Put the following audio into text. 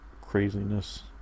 craziness